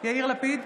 יאיר לפיד,